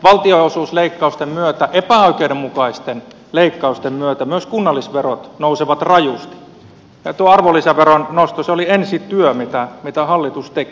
valtionosuusleikkausten myötä epäoikeudenmukaisten leikkausten myötä myös kunnallisverot nousevat rajusti ja tuo arvonlisäveron nosto oli ensityö mitä hallitus teki